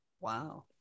Wow